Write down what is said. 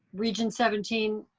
region seventeen